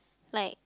like